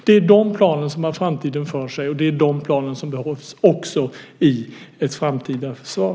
Det är de planen som har framtiden för sig, och det är de planen som behövs också i ett framtida försvar.